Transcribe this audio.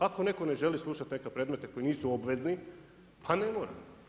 Ako neto ne želi slušati neke predmete koji nisu obvezni pa ne mora.